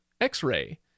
x-ray